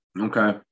okay